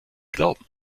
glauben